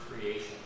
creation